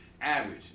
Average